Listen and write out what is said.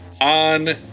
on